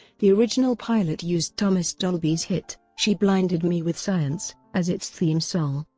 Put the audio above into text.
the original pilot used thomas dolby's hit she blinded me with science as its theme song.